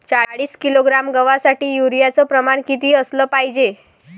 चाळीस किलोग्रॅम गवासाठी यूरिया च प्रमान किती असलं पायजे?